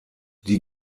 die